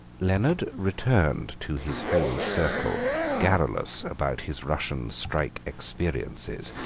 leonard returned to his home circle garrulous about his russian strike experiences,